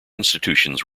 institutions